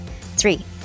Three